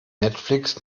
netflix